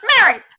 Mary